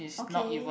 okay